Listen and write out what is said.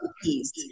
cookies